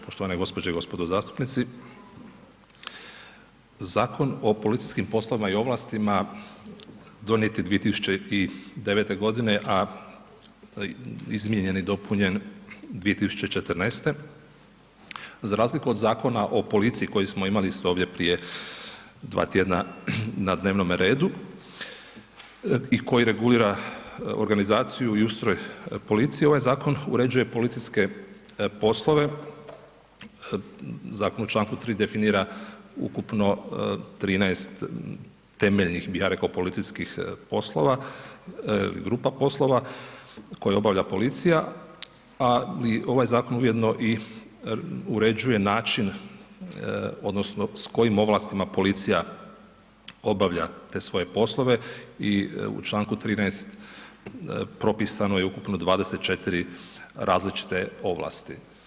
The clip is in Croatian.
Poštovane gđe. i gospodo zastupnici, Zakon o policijskim poslovima i ovlastima donijet je 2009.g., a izmijenjen i dopunjen 2014.g. Za razliku od Zakona o policiji koji smo imali isto ovdje prije dva tjedna na dnevnome redu i koji regulira organizaciju i ustroj policije, ovaj zakon uređuje policijske poslove, zakon u čl. 3. definira ukupno 13 temeljnih, bih ja rekao, policijskih poslova, grupa poslova koju obavlja policija, a i ovaj zakon ujedno i uređuje način odnosno s kojim ovlastima policija obavlja te svoje poslove i u čl. 13. propisano je ukupno 24 različite ovlasti.